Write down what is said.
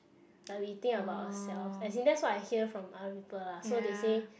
like we think about ourselves as in that's what I hear from other people lah so they say